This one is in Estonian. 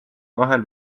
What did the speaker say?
vahel